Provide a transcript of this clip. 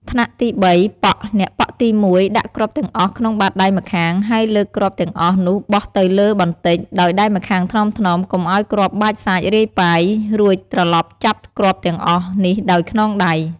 ថ្នាក់ទី៣ ប៉ក់ អ្នកប៉ក់ទី១ ដាក់គ្រាប់ទាំងអស់ក្នុងបាតដៃម្ខាង ហើយលើកគ្រាប់ទាំងអស់នោះបោះទៅលើបន្តិច ដោយដៃម្ខាងថ្នមៗ កុំឲ្យគ្រាប់បាចសាចរាយប៉ាយរួចត្រឡប់ចាប់គ្រាប់ទាំងអស់នេះដោយខ្នងដៃ។